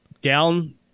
down